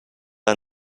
are